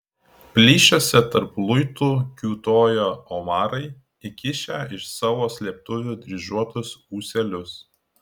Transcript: plyšiuose tarp luitų kiūtojo omarai iškišę iš savo slėptuvių dryžuotus ūselius